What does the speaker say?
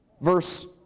Verse